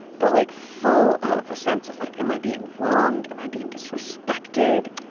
but like full of a sense of like, am i being wronged? am i being disrespected?